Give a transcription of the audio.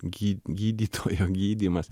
gy gydytojo gydymas